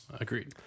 Agreed